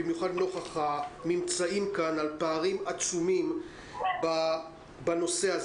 במיוחד נוכח הממצאים כאן על פערים עצומים בנושא הזה.